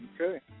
Okay